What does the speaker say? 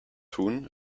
thun